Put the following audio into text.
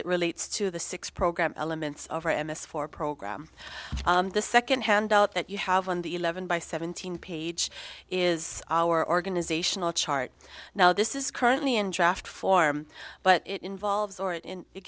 it relates to the six program elements of our m s four program the second handout that you have on the eleven by seventeen page is our organizational chart now this is currently in draft form but it involves or it in it